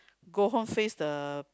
go home faced the